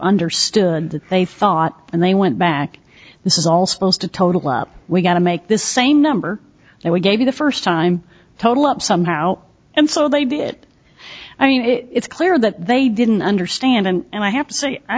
understood that they thought and they went back this is all supposed to total up we gotta make this a number and we gave you the first time total up somehow and so they did i mean it's clear that they didn't understand and i have to say i